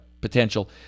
potential